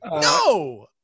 No